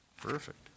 Perfect